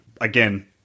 again